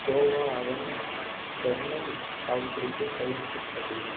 கோவா அதன் தென்னை சாகுபடிக்கு பெயர் பெற்றது